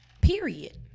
period